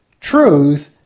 Truth